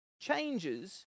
changes